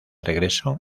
regresó